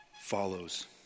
follows